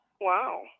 Wow